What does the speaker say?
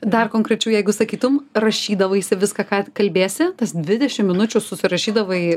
dar konkrečiau jeigu sakytum rašydavaisi viską ką kalbėsi tas dvidešim minučių susirašydavai